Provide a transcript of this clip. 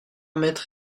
mètre